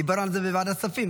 דיברנו על זה בוועדת הכספים,